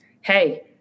hey